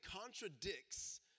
contradicts